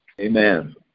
Amen